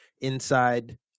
inside